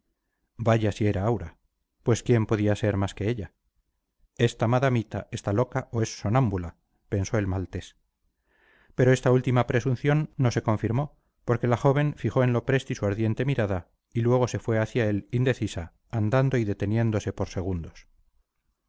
vaya si era aura pues quién podía ser más que ella esta madamita está loca o es sonámbula pensó el maltés pero esta última presunción no se confirmó porque la joven fijó en lopresti su ardiente mirada y luego se fue hacia él indecisa andando y deteniéndose por segundos